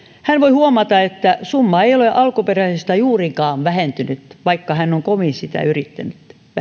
hän voi huomata että summa ei ole alkuperäisestä juurikaan vähentynyt vaikka hän on sitä kovin yrittänyt vähentää